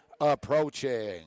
approaching